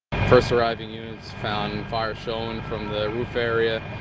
first arrived the units found fire showing from the roof area.